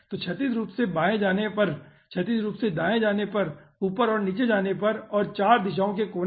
तो क्षैतिज रूप से बाएं जाने पर क्षैतिज रूप से दाएं जाने पर ऊपर और नीचे जाने पर और 4 दिशाओं के कोने